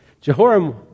jehoram